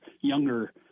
younger